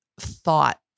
thought